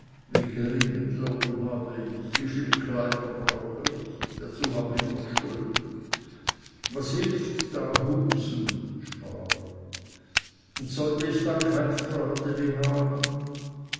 habe ich wie viel kleider brauche ich dazu habe ich noch schulden was hilft da husen und sollt ich dann kein freudeli haben